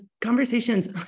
conversations